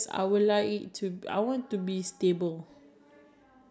and also maybe a singer I think that's nice